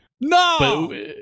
no